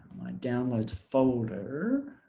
my downloads folder.